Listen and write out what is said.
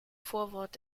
vorwort